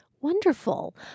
Wonderful